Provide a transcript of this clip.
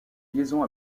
liaisons